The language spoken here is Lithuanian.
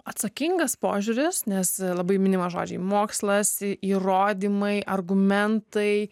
atsakingas požiūris nes labai minima žodžiai mokslas įrodymai argumentai